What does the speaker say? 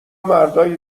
مردای